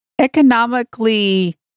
economically